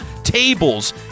tables